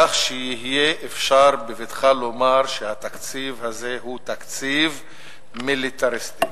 כך שיהיה אפשר בבטחה לומר שהתקציב הזה הוא תקציב מיליטריסטי.